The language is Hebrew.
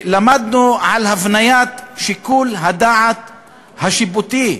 למדנו על הבניית שיקול הדעת השיפוטי.